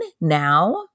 now